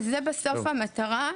וזו בסוף המטרה,